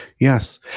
Yes